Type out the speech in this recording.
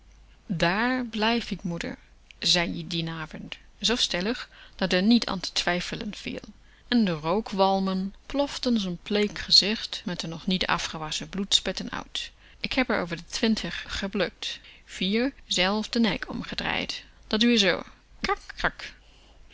daar blijf k moeder zei ie dien avond zoo stellig dat r niet aan te twijfelen viel en de rookwalmen ploften z'n bleek gezicht met de nog niet afgewasschen bloedspetten uit k heb r over de twintig geplukt vier zèlf de nek omgedraaid dat doe je